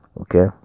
Okay